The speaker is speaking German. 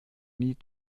nie